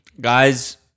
guys